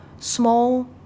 Small